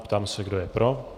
Ptám se, kdo je pro.